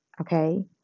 okay